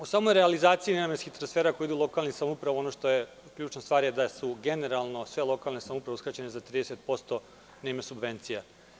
U samoj realizaciji nenamenskih transfera koji idu ka lokalnim samoupravama ono što je ključna stvar jeste da su generalno sve lokalne samouprave uskraćene za 30% na ime subvencije.